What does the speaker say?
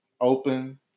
open